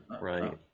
right